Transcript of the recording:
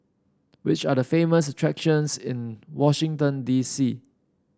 which are the famous attractions in Washington D C